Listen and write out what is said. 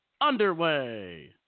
underway